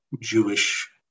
Jewish